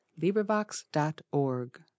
LibriVox.org